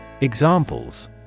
Examples